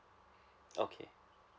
okay